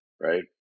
right